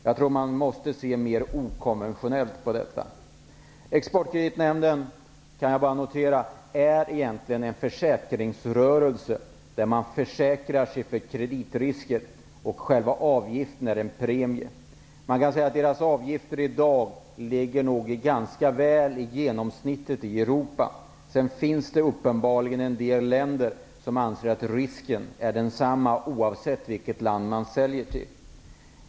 Jag tror att man måste se mera okonventionellt på detta. Exportkreditnämnden är egentligen en försäkringsrörelse, där man försäkrar sig för kreditrisker, och själva avgiften är en premie. Man kan säga att avgifterna i dag ligger ganska nära genomsnittet i Europa. Sedan finns det uppenbarligen en del länder som anser att risken är densamma, oavsett vilket land man säljer till.